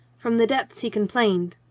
from the depths he complained.